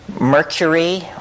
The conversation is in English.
Mercury